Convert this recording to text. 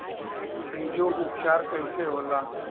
बीजो उपचार कईसे होला?